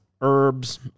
herbs